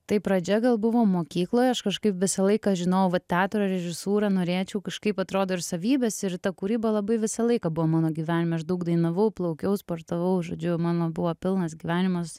tai pradžia gal buvo mokykloje aš kažkaip visą laiką žinojau va teatro režisūrą norėčiau kažkaip atrodo ir savybės ir ta kūryba labai visą laiką buvo mano gyvenime aš daug dainavau plaukiau sportavau žodžiu mano buvo pilnas gyvenimas